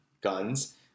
guns